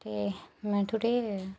में थोह्ड़े